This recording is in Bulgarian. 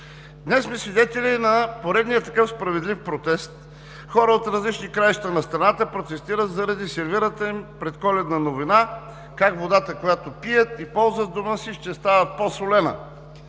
Днес сме свидетели на поредния такъв справедлив протест – хора от различни краища на страната протестират заради сервираната им предколедна новина как водата, която пият и ползват в дома си, ще става по-солена